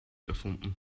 erfunden